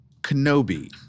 Kenobi